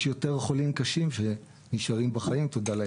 יש יותר חולים קשים שנשארים בחיים, תודה לאל.